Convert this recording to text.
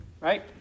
right